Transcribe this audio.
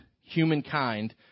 humankind